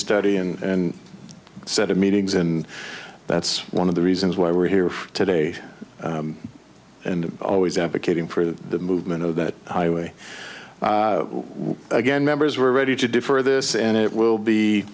study and set of meetings and that's one of the reasons why we're here today and always advocating for the movement of that highway again members were ready to do for this and it will be